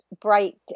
bright